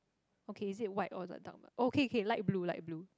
okay is it white or the dark one oh okay K light blue light blue